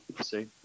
See